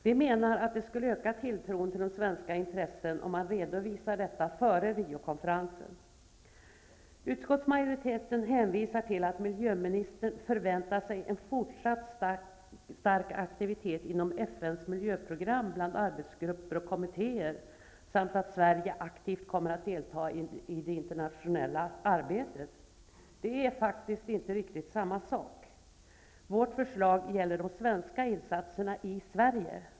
Vi menar att det skulle öka tilltron till det svenska intresset om man redovisar detta före Rio-konferensen. Utskottsmajoriteten hänvisar till att miljöministern förväntar sig en fortsatt stark aktivitet inom FN:s miljöprogram bland arbetsgrupper och kommittéer samt att Sverige aktivt kommer att delta i det internationella arbetet. Det är faktiskt inte riktigt samma sak. Vårt förslag gäller de svenska insatserna i Sverige.